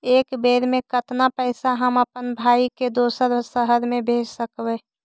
एक बेर मे कतना पैसा हम अपन भाइ के दोसर शहर मे भेज सकबै?